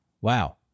Wow